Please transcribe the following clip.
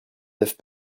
neuf